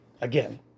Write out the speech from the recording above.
Again